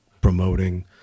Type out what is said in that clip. promoting